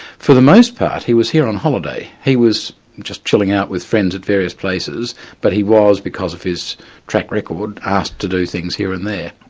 for the most part, he was here on holiday. he was just chilling out with friends at various places but he was, because of his track record, asked to do things here and there.